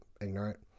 ignorant